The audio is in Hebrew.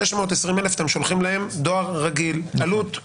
620,000 אתם שולחים להם דואר רגיל עם עלות זניחה,